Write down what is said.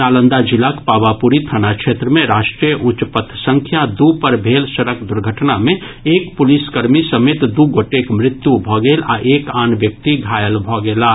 नालंदा जिलाक पावापुरी थाना क्षेत्र मे राष्ट्रीय उच्च पथ संख्या दू पर भेल सड़क दुर्घटना मे एक पुलिसकर्मी समेत दू गोटेक मृत्यु भऽ गेल आ एक आन व्यक्ति घायल भऽ गेलाह